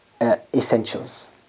essentials